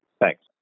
Thanks